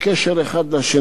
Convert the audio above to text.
אסירים מהדרום,